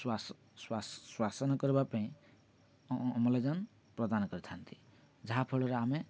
ଶ୍ୱାସନ କରିବା ପାଇଁ ଅମ୍ଳଜାନ ପ୍ରଦାନ କରିଥାନ୍ତି ଯାହାଫଳରେ ଆମେ